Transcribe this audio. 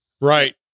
Right